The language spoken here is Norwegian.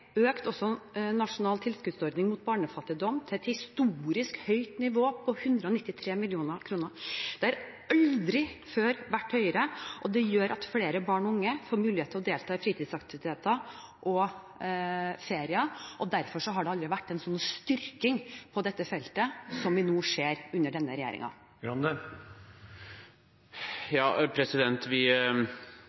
Nasjonal tilskuddsordning mot barnefattigdom til et historisk høyt nivå på 193 mill. kr. Det har aldri før vært høyere, og det gjør at flere barn og unge får muligheten til å delta i fritidsaktiviteter og ferier. Derfor har det aldri vært en sånn styrking på dette feltet som det vi nå ser under denne